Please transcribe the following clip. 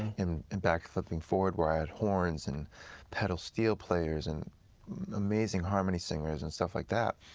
and and back flipping forward where i had horns, and pedal steel players, and amazing harmony singers, and stuff like that.